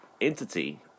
entity